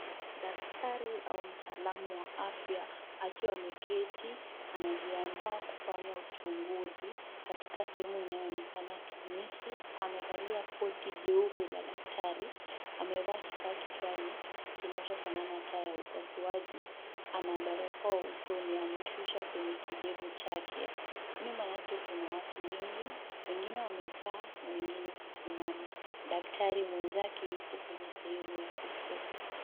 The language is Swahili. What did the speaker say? Daktari au mtaalamu wa afya akiwa ameketi, anajiandaa kufanya uchunguzi, katika sehemu inaoyoonekana kliniki, akiwa amevalia koti jeupe la daktari, amevaa kifaa kichwani, kinachofanana na taa ya upasuaji, ana barakoa usoni, ameshusha kwenye kidevu chake. Nyuma yake kuna watu wengi, wengine wamekaa na wengine kusimama. Daktari mwenzake yuko kwenye sehemu ya kushoto.